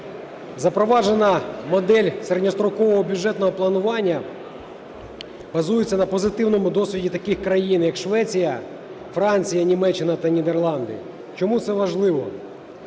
Запроваджена модель середньострокового бюджетного планування базується на позитивному досвіді таких країн, як Швеція, Франція, Німеччина та Нідерланди. Чому це важливо?